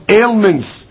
ailments